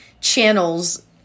channels